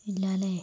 ഇല്ല അല്ലേ